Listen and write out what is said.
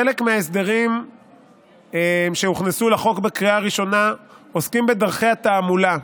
חלק מההסדרים שהוכנסו לחוק בקריאה ראשונה עוסקים בדרכי התעמולה,